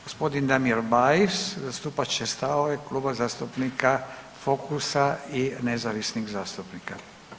G. Damir Bajs zastupat će stavove Kluba zastupnika Fokusa i nezavisnih zastupnika.